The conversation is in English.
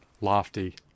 lofty